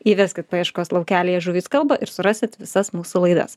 įveskit paieškos laukelyje žuvys kalba ir surasit visas mūsų laidas